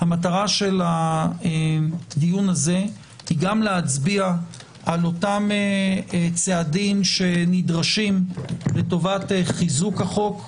המטרה שלן היא גם להצביע על אותם צעדים שנדרשים לטובת חיזוק החוק,